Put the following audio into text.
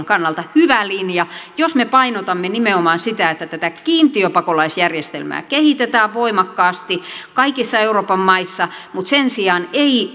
kannalta hyvä linja jos me painotamme nimenomaan sitä että tätä kiintiöpakolaisjärjestelmää kehitetään voimakkaasti kaikissa euroopan maissa mutta sen sijaan ei